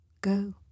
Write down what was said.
Go